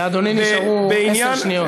רק לאדוני נשארו עשר שניות.